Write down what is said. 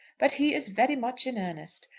but he is very much in earnest.